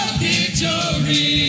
victory